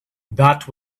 that